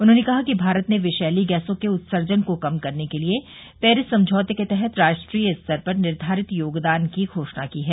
उन्होंने कहा कि भारत ने विषैली गैसों के उत्सर्जन को कम करने के लिए पेरिस समझौते के तहत राष्ट्रीय स्तर पर निर्घारित योगदान की घोषणा की है